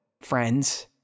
friends